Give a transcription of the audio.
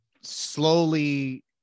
slowly